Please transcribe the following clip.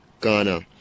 Ghana